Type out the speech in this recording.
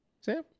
Sam